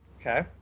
Okay